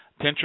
pinterest